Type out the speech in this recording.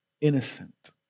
innocent